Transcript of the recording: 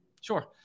Sure